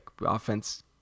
offense